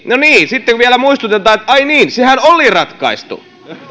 no niin sitten vielä muistutetaan että ai niin sehän oli ratkaistu